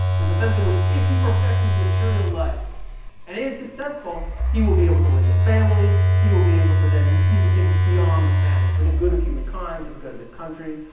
there's a sense in which if he perfects his material life and is successful, he will be able to raise a family, he will be able to then even think beyond the family, to the good of human kind, to the good of his country,